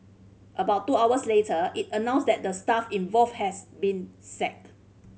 about two hours later it announced that the staff involved has been sacked